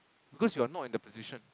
cause you are not in the position